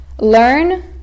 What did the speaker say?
learn